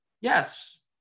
Yes